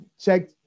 check